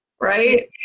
right